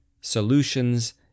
solutions